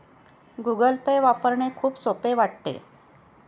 Google Pay वापरणे खूप सोपे वाटते